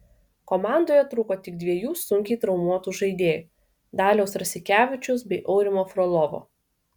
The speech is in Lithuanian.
komandoje trūko tik dviejų sunkiai traumuotų žaidėjų daliaus rasikevičiaus bei aurimo frolovo